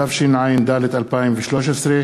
התשע"ד 2013,